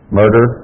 murder